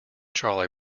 trolley